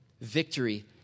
Victory